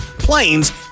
planes